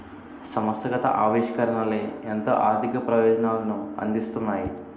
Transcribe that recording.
సంస్థాగత ఆవిష్కరణలే ఎంతో ఆర్థిక ప్రయోజనాలను అందిస్తున్నాయి